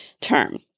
term